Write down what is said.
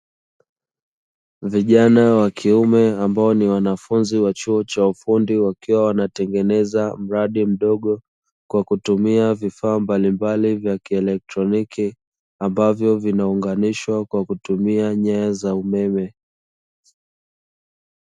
Vijana wa kiume ambao ni wanafunzi chuo cha ufundi wakiwa wanatengeneza mradi mdogo kwa kutumia vifaa mbalimbali vya kielektroniki ambavyo vinaonganishwa kwa kutumia nyaya za umeme.